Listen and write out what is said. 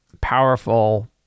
powerful